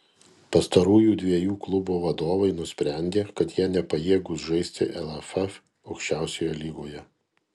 pastarųjų dviejų klubo vadovai nusprendė kad jie nepajėgūs žaisti lff aukščiausioje lygoje